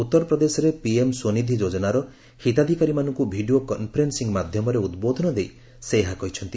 ଉତ୍ତରପ୍ରଦେଶରେ ପିଏମ୍ସ୍ୱନିଧି ଯୋଜନାର ହିତାଧିକାରୀମାନଙ୍କୁ ଭିଡିଓ କନ୍ଫରେନ୍ସିଂ ମାଧ୍ୟମରେ ଉଦ୍ବୋଧନ ଦେଇ ସେ ଏହା କହିଛନ୍ତି